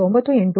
8 degree